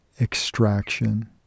extraction